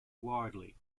widely